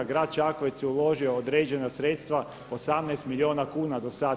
Grad Čakovec je uložio određena sredstva 18 milijuna kuna do sad.